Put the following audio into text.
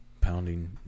pounding